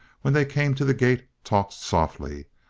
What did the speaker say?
when they came to the gate, talked softly.